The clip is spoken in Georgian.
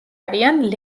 არიან